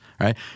Right